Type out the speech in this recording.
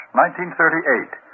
1938